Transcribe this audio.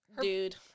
dude